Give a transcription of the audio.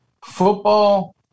Football